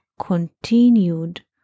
continued